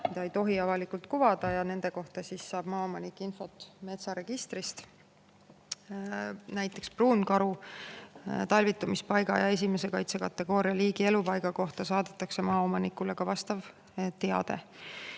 mida ei tohi avalikult kuvada. Nende kohta saab maaomanik infot metsaregistrist. Näiteks pruunkaru talvitumispaiga ja esimese kaitsekategooria liigi elupaiga kohta saadetakse maaomanikule ka vastav teade.